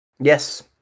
yes